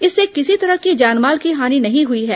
इससे किसी तरह की जानमाल की हानि नहीं हुई है